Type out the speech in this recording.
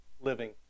living